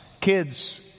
Kids